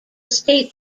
state